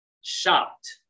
Shocked